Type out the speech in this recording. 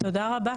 תודה רבה.